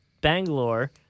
Bangalore